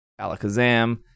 Alakazam